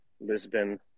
Lisbon